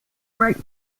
break